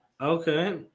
okay